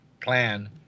plan